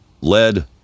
lead